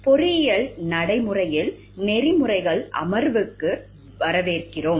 பொறியியல் நடைமுறையில் நெறிமுறைகள் அமர்வுக்கு வரவேற்கிறோம்